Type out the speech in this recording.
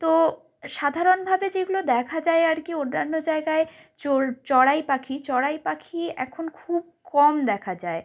তো সাধারণভাবে যেগুলো দেখা যায় আর কি অন্যান্য জায়গায় চড়াই পাখি চড়াই পাখি এখন খুব কম দেখা যায়